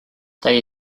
they